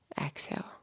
Exhale